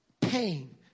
pain